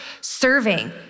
serving